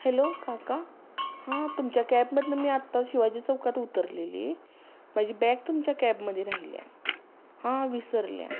hello काका हां तुमच्या कॅबमधनं मी आत्ता शिवाजी चौकात उतरलेली माझी बॅग तुमच्या कॅबमध्ये राहिल्या हां विसरल्या